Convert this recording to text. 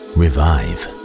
revive